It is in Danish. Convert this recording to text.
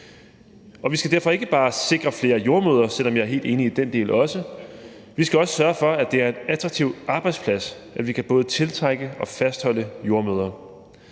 Vi skal derfor ikke bare sikre flere jordemødre – selv om jeg er helt enig i den del også – men vi skal også sørge for, at det er en attraktiv arbejdsplads, så vi både kan tiltrække og fastholde jordemødre.